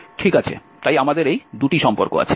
ঠিক আছে তাই আমাদের এই দুটি সম্পর্ক আছে